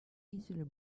easily